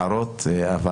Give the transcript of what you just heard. עכשיו.